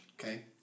Okay